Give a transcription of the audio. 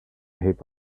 heap